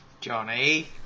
Johnny